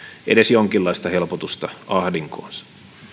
edes jonkinlaista helpotusta ahdinkoonsa